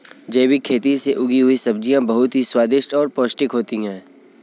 जैविक खेती से उगी हुई सब्जियां बहुत ही स्वादिष्ट और पौष्टिक होते हैं